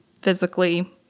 physically